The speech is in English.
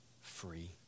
free